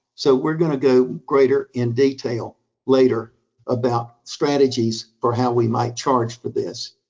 so we're gonna go greater in detail later about strategies for how we might charge for this.